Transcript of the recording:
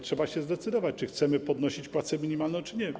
Trzeba się zdecydować, czy chcemy podnosić płace minimalne, czy nie.